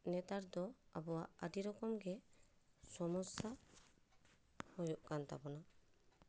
ᱱᱮᱛᱟᱨ ᱫᱚ ᱟᱵᱳᱣᱟᱜ ᱟᱹᱰᱤ ᱨᱚᱠᱚᱢᱜᱮ ᱥᱚᱢᱚᱥᱥᱟ ᱦᱩᱭᱩᱜ ᱠᱟᱱ ᱛᱟᱵᱚᱱᱟ